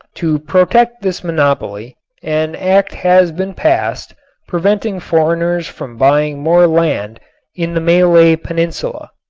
to protect this monopoly an act has been passed preventing foreigners from buying more land in the malay peninsula.